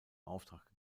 auftrag